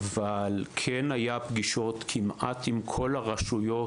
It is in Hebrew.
אבל כן היו פגישות כמעט עם כל הרשויות,